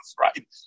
right